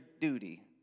duty